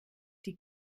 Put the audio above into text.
die